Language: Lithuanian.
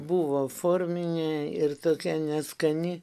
buvo forminė ir tokia neskani